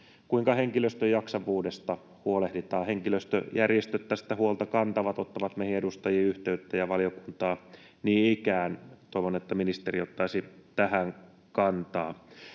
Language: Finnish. Kuinka henkilöstön jaksavuudesta huolehditaan? Henkilöstöjärjestöt tästä huolta kantavat, ottavat meihin edustajiin yhteyttä ja valiokuntaan niin ikään. Toivon, että ministeri ottaisi tähän kantaa.